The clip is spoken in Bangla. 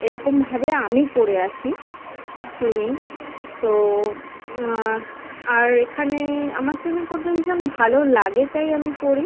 এরকমভাবে আমি করে আসি সুইমিং তো আস আর এখানে আমার সুইমিং করতে ভীষণ ভালোলাগে তাই আমি করি